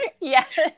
Yes